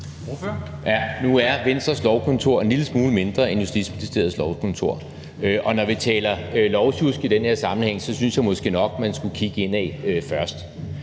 Nu er Venstres lovkontor en lille smule mindre end Justitsministeriets lovkontor, og når vi taler lovsjusk i den her sammenhæng, synes jeg måske nok at man skulle kigge indad først.